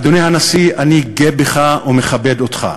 אדוני הנשיא, אני גאה בך ומכבד אותך,